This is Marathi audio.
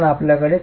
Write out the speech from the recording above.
आपल्याकडे 4